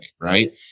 right